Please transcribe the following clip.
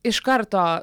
iš karto